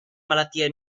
malattie